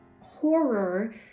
Horror